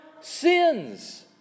sins